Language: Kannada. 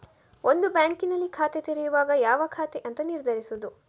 ಒಂದು ಬ್ಯಾಂಕಿನಲ್ಲಿ ಖಾತೆ ತೆರೆಯುವಾಗ ಯಾವ ಖಾತೆ ಅಂತ ನಿರ್ಧರಿಸುದು